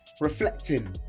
reflecting